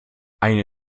eine